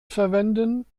verwenden